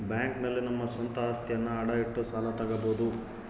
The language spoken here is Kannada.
ಬ್ಯಾಂಕ್ ನಲ್ಲಿ ನಮ್ಮ ಸ್ವಂತ ಅಸ್ತಿಯನ್ನ ಅಡ ಇಟ್ಟು ಸಾಲ ತಗೋಬೋದು